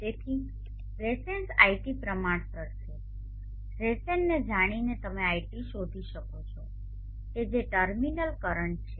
તેથી વેસેન્સ iT પ્રમાણસર છે રેઝેન ને જાણીને તમે iT શોધી શકો છો કે જે ટર્મિનલ કરન્ટ છે